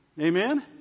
Amen